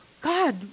God